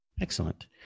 excellent